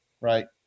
right